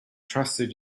trusted